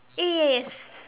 ace